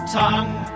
tongue